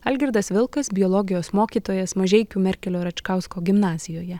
algirdas vilkas biologijos mokytojas mažeikių merkelio račkausko gimnazijoje